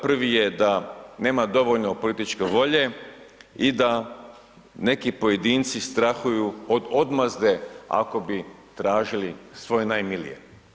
Prvi je da nema dovoljno političke volje i da neki pojedinci strahuju od odmazde ako bi tražili svoje najmilije.